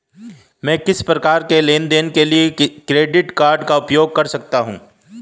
मैं किस प्रकार के लेनदेन के लिए क्रेडिट कार्ड का उपयोग कर सकता हूं?